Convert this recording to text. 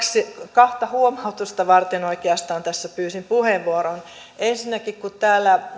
kahta huomautusta varten oikeastaan tässä pyysin puheenvuoron ensinnäkin kun täällä